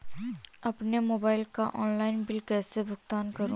अपने मोबाइल का online bill कैसे भुगतान करूं?